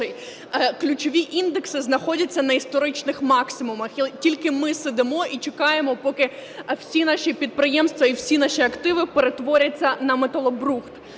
ключові індекси знаходяться на історичних максимумах, і тільки ми сидимо і чекаємо, поки всі наші підприємства і всі наші активи перетворяться на металобрухт.